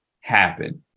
happen